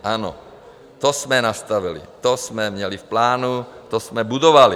Ano, to jsme nastavili, to jsme měli v plánu, to jsme budovali.